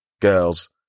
girls